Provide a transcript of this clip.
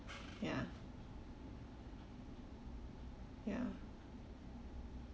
ya